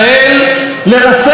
רוצה לרסק.